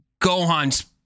Gohan's